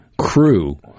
crew